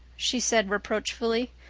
she said reproachfully.